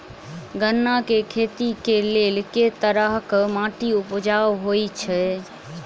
गन्ना केँ खेती केँ लेल केँ तरहक माटि उपजाउ होइ छै?